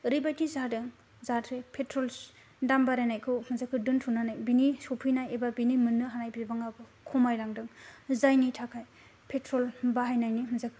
एरैबायदि जादों जाहाथे पेट्रल दाम बारायनायखौ हान्जाखौ दोनथ'नानै बिनि सौफैनाय एबा बिनि मोननोहानाय बिबांआव खमायलांदों जायनि थाखाय पेट्रल बाहायनायनि हान्जा